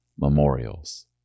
memorials